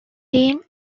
team